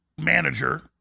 manager